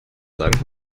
sagen